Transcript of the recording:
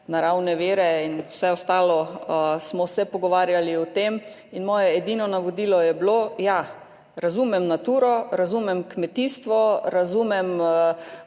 naravne vire in vse ostalo, smo se pogovarjali o tem. Moje edino navodilo je bilo, ja, razumem Naturo, razumem kmetijstvo, razumem